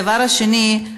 והדבר השני,